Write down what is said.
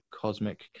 cosmic